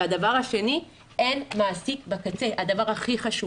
הדבר השלישי, אין מעסיק בקצה שזה הדבר הכי חשוב.